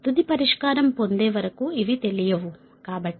తుది పరిష్కారం పొందే వరకు ఇవి తెలియవు కాబట్టి